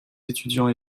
étudiants